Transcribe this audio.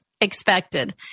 expected